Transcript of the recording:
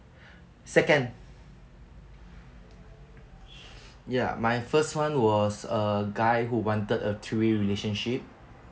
second ya my first one was uh a guy who wanted a three relationship